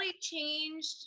changed